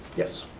yes.